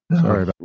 Sorry